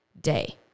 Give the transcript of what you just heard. day